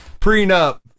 prenup